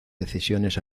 decisiones